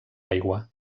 aigua